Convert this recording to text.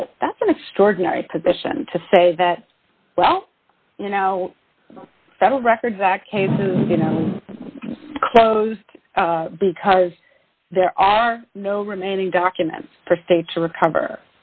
that's an extraordinary position to say that well you know five federal records act cases you know closed because there are no remaining documents for state to recover